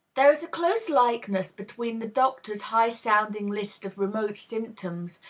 there is a close likeness between the doctor's high-sounding list of remote symptoms,